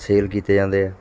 sale ਕੀਤੇ ਜਾਂਦੇ ਹੈ